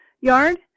yard